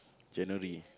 January